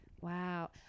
Wow